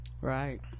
right